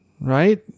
right